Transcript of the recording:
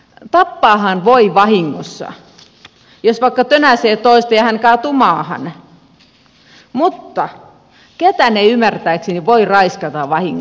tappaahan voi vahingossa jos vaikka tönäisee toista ja hän kaatuu maahan mutta ketään ei ymmärtääkseni voi raiskata vahingossa